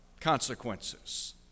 consequences